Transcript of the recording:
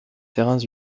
terrains